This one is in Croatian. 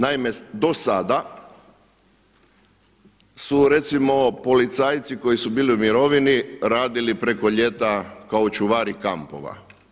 Naime, do sada su recimo policajci koji su bili u mirovini radili preko ljeta kao čuvari kampova.